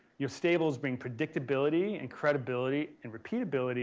your stables bring predictability and credibility and repeatability